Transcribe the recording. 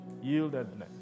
yieldedness